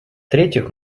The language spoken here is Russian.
третьих